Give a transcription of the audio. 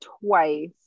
twice